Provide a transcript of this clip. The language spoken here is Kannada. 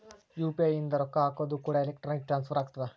ಯು.ಪಿ.ಐ ಇಂದ ರೊಕ್ಕ ಹಕೋದು ಕೂಡ ಎಲೆಕ್ಟ್ರಾನಿಕ್ ಟ್ರಾನ್ಸ್ಫರ್ ಆಗ್ತದ